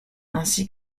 ainsi